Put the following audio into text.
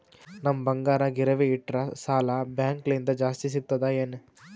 ನಮ್ ಬಂಗಾರ ಗಿರವಿ ಇಟ್ಟರ ಸಾಲ ಬ್ಯಾಂಕ ಲಿಂದ ಜಾಸ್ತಿ ಸಿಗ್ತದಾ ಏನ್?